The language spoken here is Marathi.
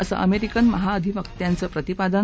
असं अमरिकेन महाअधिवक्त्यांचं प्रतिपादन